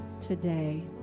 today